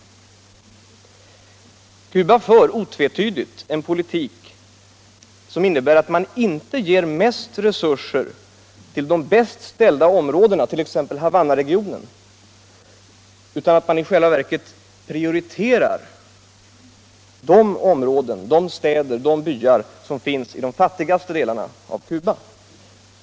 Cuba för otvetydigt en politik som inte innebär att man ger mest resurser till de bäst ställda områdena, t.ex. Havannaregionen, utan att man i stället prioriterar de områden, städer och byar, som finns i de fattigaste delarna av landet.